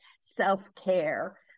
self-care